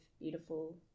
beautiful